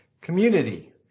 community